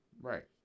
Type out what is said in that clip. Right